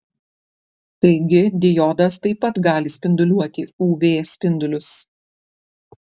taigi diodas taip pat gali spinduliuoti uv spindulius